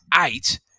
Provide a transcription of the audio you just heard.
eight